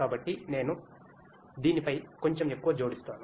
కాబట్టి నేను దీనిపై కొంచెం ఎక్కువ జోడిస్తాను